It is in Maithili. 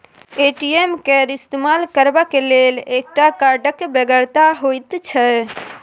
ए.टी.एम केर इस्तेमाल करबाक लेल एकटा कार्डक बेगरता होइत छै